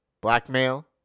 blackmail